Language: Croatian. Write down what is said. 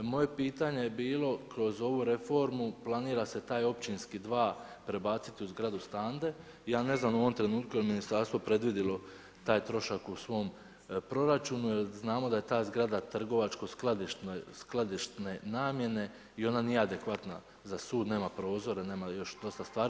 Moje pitanje je bilo kroz ovu reformu planira se taj općinski dva, prebaciti u zgradu Stande, ja ne znam, u ovom trenutku, jel ministarstvo predvidjelo taj trošak u svom proračunu, jer znamo da je ta zgrada trgovačko skladišne namjene i ona nije adekvatna za sud, nema prozora, nema još dosta stvari.